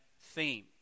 theme